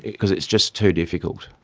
because it's just too difficult.